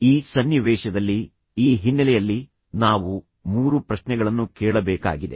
ಈ ಸನ್ನಿವೇಶದಲ್ಲಿ ಈ ಹಿನ್ನೆಲೆಯಲ್ಲಿ ನಾವು ಮೂರು ಪ್ರಶ್ನೆಗಳನ್ನು ಕೇಳಬೇಕಾಗಿದೆ